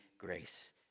grace